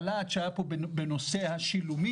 בלהט שהיה כאן בנושא השילומים,